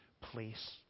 place